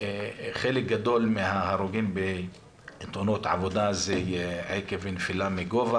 חלק גדול מההרוגים בתאונות עבודה זה עקב נפילה מגובה